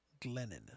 Glennon